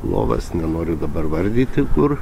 lovas nenoriu dabar vardyti kur